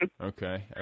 Okay